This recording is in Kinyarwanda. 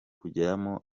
kugeramo